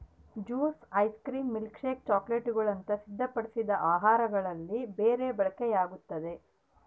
juice ice cream milkshake ಚಾಕೊಲೇಟ್ಗುಳಂತ ಸಿದ್ಧಪಡಿಸಿದ ಆಹಾರಗಳಲ್ಲಿ ಬೆರಿ ಬಳಕೆಯಾಗ್ತದ